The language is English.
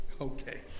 Okay